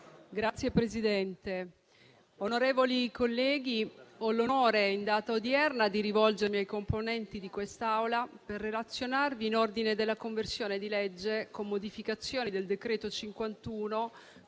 Signor Presidente, onorevoli colleghi, ho l'onore in data odierna di rivolgermi ai componenti di quest'Assemblea per relazionare in ordine alla conversione in legge, con modificazioni, del decreto-legge